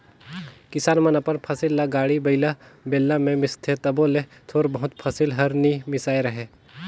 किसान मन अपन फसिल ल गाड़ी बइला, बेलना मे मिसथे तबो ले थोर बहुत फसिल हर नी मिसाए रहें